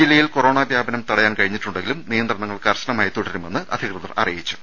ജില്ലയിൽ കൊറോണാ വ്യാപനം തടയാൻ കഴിഞ്ഞിട്ടുണ്ടെങ്കിലും നിയന്ത്രണങ്ങൾ കർശനമായി തുടരുമെന്ന് അധിക്യതർ അറിയിച്ചു